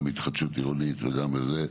גם בהתחדשות עירונית וגם בזה,